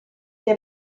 che